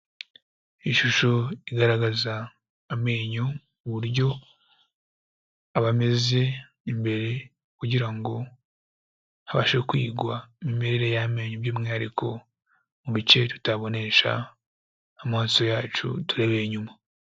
Ishusho igaragaza amenyo uburyo aba ameze imbere kugira ngo habashe kwigwa imimerere y'amenyo by'umwihariko mu bice tutabonesha amaso yacu turebeye inyuma.